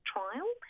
Trial